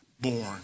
born